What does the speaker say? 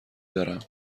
دارم